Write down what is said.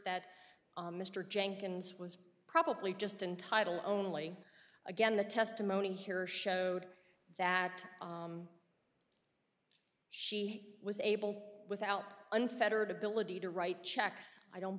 that mr jenkins was probably just in title only again the testimony here showed that she was able without unfettered ability to write checks i don't